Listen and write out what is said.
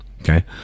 okay